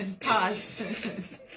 pause